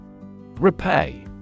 Repay